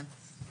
כן.